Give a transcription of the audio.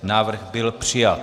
Návrh byl přijat.